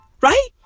Right